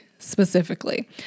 specifically